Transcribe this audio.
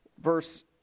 verse